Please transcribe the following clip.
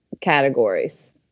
categories